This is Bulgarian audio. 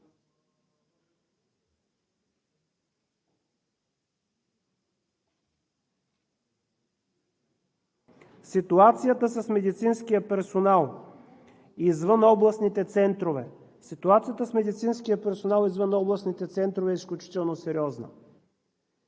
Ситуацията с медицинския персонал извън областните центрове е изключително сериозна.